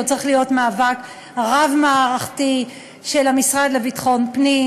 הוא צריך להיות מאבק רב-מערכתי של המשרד לביטחון פנים